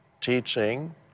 teaching